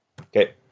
Okay